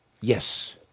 Yes